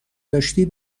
داشتی